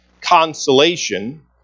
consolation